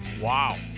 Wow